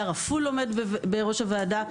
רפול עמד בראש הוועדה,